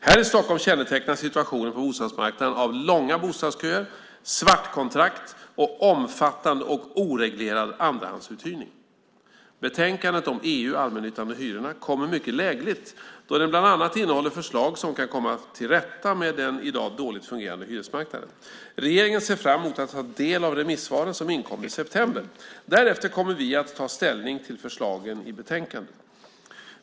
Här i Stockholm kännetecknas situationen på bostadsmarknaden av långa bostadsköer, svartkontrakt och omfattande och oreglerad andrahandsuthyrning. Betänkandet om EU, allmännyttan och hyrorna kommer mycket lägligt då det bland annat innehåller förslag för att komma till rätta med den i dag dåligt fungerande hyresmarknaden. Regeringen ser fram emot att ta del av remissvaren som inkommer i september. Därefter kommer vi att ta ställning till förslagen i betänkandet.